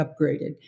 upgraded